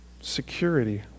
Security